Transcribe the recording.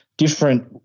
different